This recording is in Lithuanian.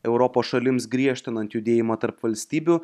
europos šalims griežtinant judėjimą tarp valstybių